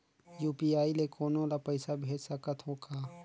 UPI ले कोनो ला पइसा भेज सकत हों का?